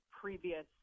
previous